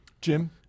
Jim